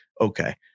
Okay